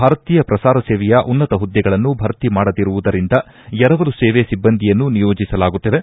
ಭಾರತೀಯ ಪ್ರಸಾರ ಸೇವೆಯ ಉನ್ನತ ಹುದ್ದೆಗಳನ್ನು ಭರ್ತಿಮಾಡದಿರುವುದರಿಂದ ಎರವಲು ಸೇವೆ ಸಿಬ್ಲಂದಿಯನ್ನು ನಿಯೋಜಿಸಲಾಗುತ್ತಿದೆ